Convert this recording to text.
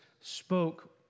spoke